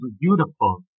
beautiful